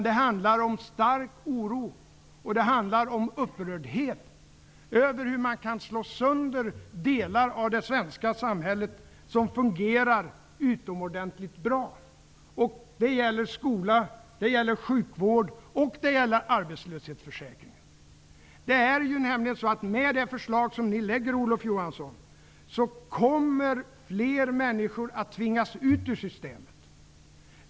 Det handlar om stark oro och det handlar om upprördhet över att man kan slå sönder delar av det svenska samhället som fungerar utomordentligt bra. Det gäller skola, sjukvård och arbetslöshetsförsäkring. Med det förslag ni lägger fram, Olof Johansson, så kommer fler människor att tvingas ut ur systemet.